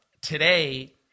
Today